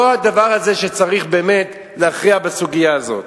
לא הדבר הזה צריך באמת להכריע בסוגיה הזאת.